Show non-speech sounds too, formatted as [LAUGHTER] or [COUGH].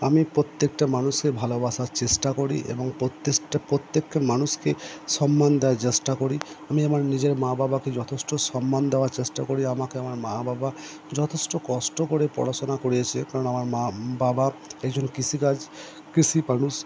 আমি প্রত্যেকটা মানুষকে ভালোবাসার চেষ্টা করি এবং [UNINTELLIGIBLE] প্রত্যেকটা মানুষকে সম্মান দেওয়ার চেষ্টা করি আমি আমার নিজের মা বাবাকে যথেষ্ট সম্মান দেওয়ার চেষ্টা করি আমাকে আমার মা বাবা যথেষ্ট কষ্ট করে পড়াশোনা করিয়েছে কারণ আমার মা বাবা একজন কৃষিকাজ কৃষি মানুষ